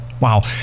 wow